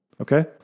Okay